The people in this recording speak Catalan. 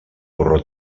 porró